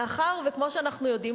מאחר שכמו שאנחנו יודעים,